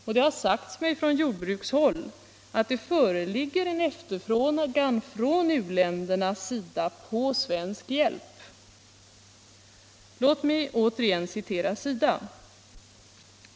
Och det har sagts mig från jordbrukshåll att det föreligger en efterfrågan från u-ländernas sida på svensk hjälp. Låt mig återigen citera SIDA.